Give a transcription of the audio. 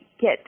get